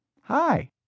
hi